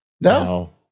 No